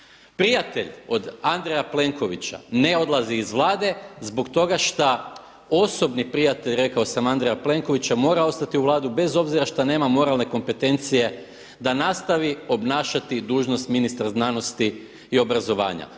Prijatelj od Andreja Plenkovića ne odlazi iz Vlade zbog toga šta osobni prijatelj rekao sam Andreja Plenkovića mora ostati u Vladi bez obzira šta nema moralne kompetencije da nastavi obnašati dužnost ministra znanosti i obrazovanja.